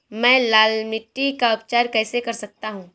मैं लाल मिट्टी का उपचार कैसे कर सकता हूँ?